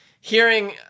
hearing